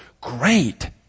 great